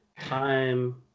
Time